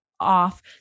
off